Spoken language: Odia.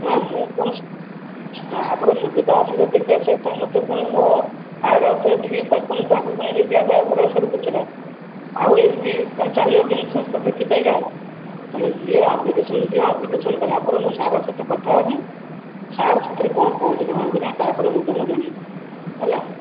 ନା ମୁଁ କୌଣସି ସ୍ଟାଫ୍ ର ସୁବିଧା ଅସୁବିଧା ଦେଖିବା ସହିତ ମୋତେ ପୁଣି ମୋ ହାୟର ଅଥୋରିଟି କି କୋନ୍ଫୋର୍ମ ତାଙ୍କୁ ପୁଣି ରିପ୍ଲାଏ ଦେବାକୁ ପଡ଼ିବ ସବୁକିଛି ର ଆଉ ଏମିତି ପୁଣି ଚାଲିବ କେମିତି ସେଥିପାଇଁ କା ଆଉ ତମେ ଦିଅ ଆପ୍ଲିକେସନ୍ ଦିଅ ଆପ୍ଲିକେସନ୍ ଦେଲାପରେ ମୁଁ ସାର୍ ଙ୍କ ସହିତ କଥାହେବି ସାର୍ ସେଥିରେ କଣ କହୁଛନ୍ତି ହଁ କି ନାଇ ତାପରେ ମୁଁ ତୁମକୁ ଜଣେଇବି ହେଲା